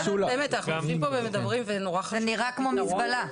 זה נראה כמו מזבלה.